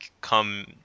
come